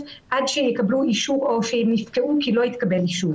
עד שיקבלו אישור או שיפקעו כי לא התקבל אישור.